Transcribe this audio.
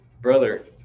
brother